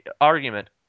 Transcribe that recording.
argument